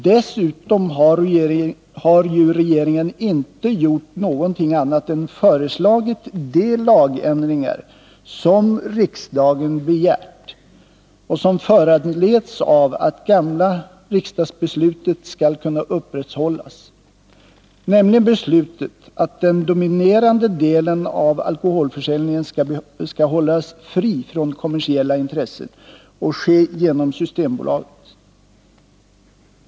Dessutom har regeringen inte gjort någonting annat än föreslagit de lagändringar som riksdagen begärt och som föranleds av att ett gammalt riksdagsbeslut skall kunna upprätthållas, nämligen beslutet att den dominerande delen av alkoholförsäljningen skall hållas fri från kommersiella intressen och ske genom Systembolaget.